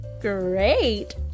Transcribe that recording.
Great